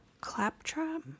Claptrap